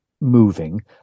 moving